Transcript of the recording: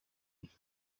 iki